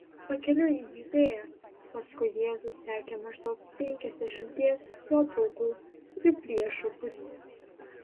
pakeliui į judėją paskui jėzų sekė maždaug penkiasdešimties jo draugų ir priešų būrys